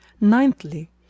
Ninthly